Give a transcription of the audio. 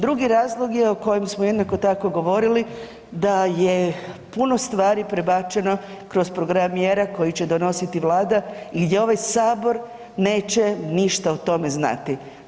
Drugi razlog o kojem smo jednako tako govorili da je puno stvari prebačeno kroz program mjera koji će donositi Vlada i gdje ovaj Sabor neće ništa o tome znati.